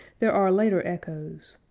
there are later echoes.